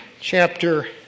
chapter